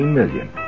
million